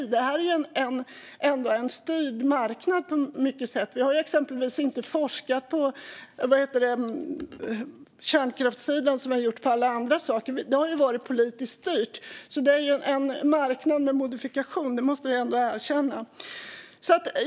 Men det här är ju ändå en styrd marknad på många sätt. Vi har exempelvis inte forskat på kärnkraftssidan som vi har gjort om alla andra saker. Det har varit politiskt styrt, så det är en marknad med modifikation. Det måste vi ändå erkänna.